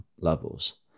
levels